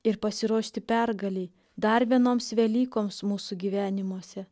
ir pasiruošti pergalei dar vienoms velykoms mūsų gyvenimuose